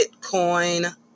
Bitcoin